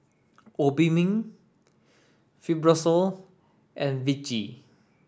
Obimin Fibrosol and Vichy